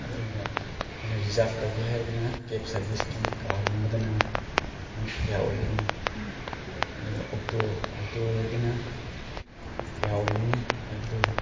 ꯑꯗꯨꯒ ꯑꯩꯅ ꯔꯤꯖꯥꯞ ꯇꯧꯒꯦ ꯍꯥꯏꯔꯒꯅ ꯀꯦꯞ ꯁꯥꯔꯕꯤꯁꯀꯤ ꯀꯥꯔꯒꯨꯝꯕꯗꯅ ꯀꯌꯥ ꯑꯣꯏꯒꯅꯤ ꯑꯗꯨꯒ ꯑꯣꯛꯇꯣ ꯑꯣꯛꯇꯣ ꯑꯣꯏꯔꯒꯅ ꯀꯌꯥ ꯑꯣꯏꯒꯅꯤ ꯍꯥꯏꯕꯗꯨ